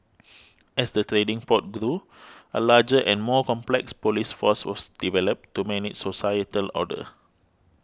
as the trading port grew a larger and more complex police force was developed to manage societal order